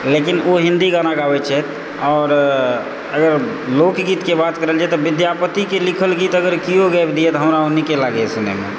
लेकिन ओ हिन्दी गाना गाबैत छथि आओर अगर लोकगीतके बात कयल जाय तऽ विद्यापतिक लिखल गीत अगर किओ गाबि दिए तऽ हमरा ओ नीके लागैए सुनैमे